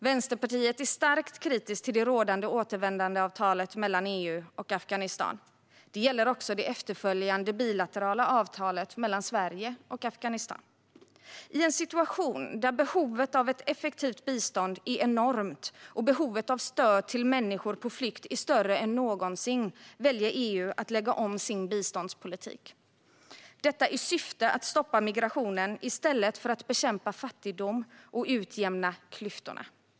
Vänsterpartiet är starkt kritiskt till det rådande återvändandeavtalet mellan EU och Afghanistan. Det gäller också det efterföljande bilaterala avtalet mellan Sverige och Afghanistan. I en situation där behovet av ett effektivt bistånd är enormt och behovet av stöd till människor på flykt är större än någonsin väljer EU att lägga om sin biståndspolitik i syfte att stoppa migrationen i stället för att bekämpa fattigdomen och utjämna klyftorna.